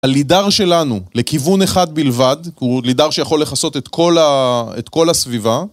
הלידר שלנו, לכיוון אחד בלבד, הוא לידר שיכול לכסות את כל ה... את כל הסביבה